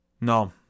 No